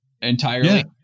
entirely